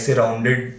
rounded